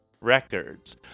records